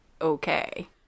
okay